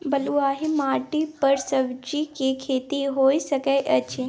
बलुआही माटी पर सब्जियां के खेती होय सकै अछि?